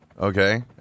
okay